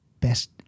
best